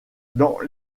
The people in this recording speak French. dans